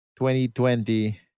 2020